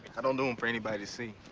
i don't do em for anybody to see.